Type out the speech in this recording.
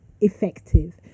effective